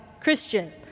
Christian